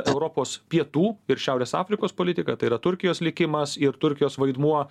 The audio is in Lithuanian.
europos pietų ir šiaurės afrikos politika tai yra turkijos likimas ir turkijos vaidmuo